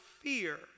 fear